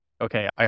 okay